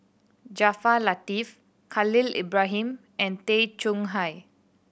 Jaafar Latiff Khalil Ibrahim and Tay Chong Hai